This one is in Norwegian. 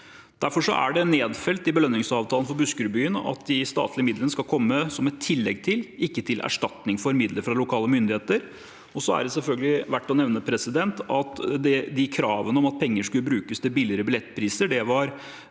Derfor er det nedfelt i belønningsavtalen for Buskerudbyen at de statlige midlene skal komme som et tillegg til, ikke til erstatning for, midler fra lokale myndigheter. Så er det selvfølgelig verdt å nevne at kravet om at penger skulle brukes til billigere billettpriser, var